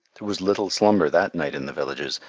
there was little slumber that night in the villages,